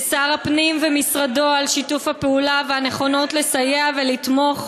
ולשר הפנים ומשרדו על שיתוף הפעולה והנכונות לסייע ולתמוך,